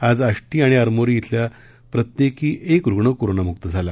आज आष्टी व आरमोरी येथील प्रत्येकी एक रुग्ण कोरोनामुक्त झाला